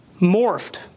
Morphed